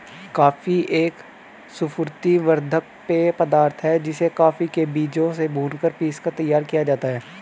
coffee एक स्फूर्ति वर्धक पेय पदार्थ है जिसे कॉफी के बीजों से भूनकर पीसकर तैयार किया जाता है